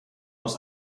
aus